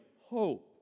hope